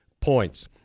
points